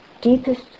deepest